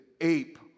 ape